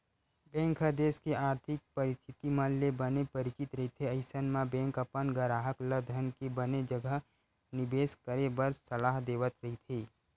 bank ह देस के आरथिक परिस्थिति मन ले बने परिचित रहिथे अइसन म बेंक अपन गराहक ल धन के बने जघा निबेस करे बर सलाह देवत रहिथे